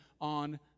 on